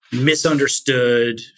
misunderstood